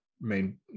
main